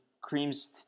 Cream's